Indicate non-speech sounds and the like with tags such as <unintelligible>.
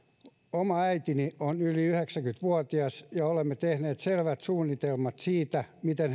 oma äitini on yli yhdeksänkymmentä vuotias ja olemme tehneet selvät suunnitelmat siitä miten <unintelligible>